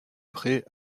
prés